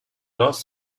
lost